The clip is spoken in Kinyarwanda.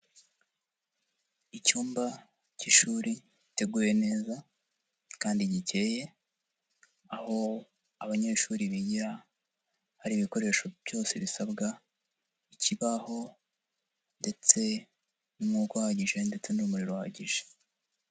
Icyumba cy'ishuri giteguye neza kandi gikeye, aho abanyeshuri bigira hari ibikoresho byose bisabwa, ikibaho ndetse n'umwuka uhagije ndetse n'umuriro uhagije.